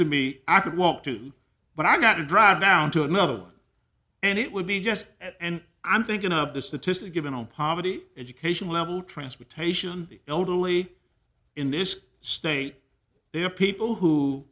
me i could walk to but i got to drive down to another one and it would be just and i'm thinking of the statistic given on poverty education level transportation the elderly in this state there are people who